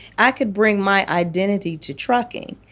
i could bring my identity to trucking.